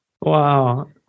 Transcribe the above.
Wow